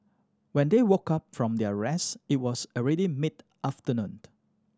when they woke up from their rest it was already mid afternoon